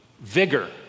vigor